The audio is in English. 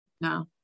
No